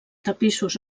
tapissos